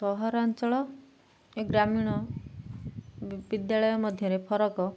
ସହରାଞ୍ଚଳ ଏ ଗ୍ରାମୀଣ ବିଦ୍ୟାଳୟ ମଧ୍ୟରେ ଫରକ